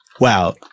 wow